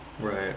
Right